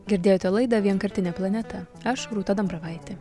girdėjote laidą vienkartinė planeta aš rūta dambravaitė